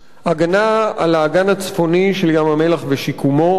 הגנה על האגן הצפוני של ים-המלח ושיקומו,